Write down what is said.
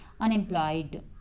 unemployed